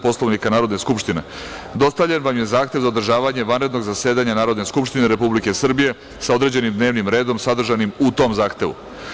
Poslovnika Narodne skupštine, dostavljen vam je Zahtev za održavanje vanrednog zasedanja Narodne skupštine Republike Srbije sa određenim dnevnim redom sadržanim u tom Zahtevu.